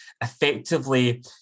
effectively